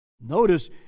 Notice